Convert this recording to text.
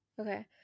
Okay